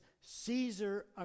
Caesar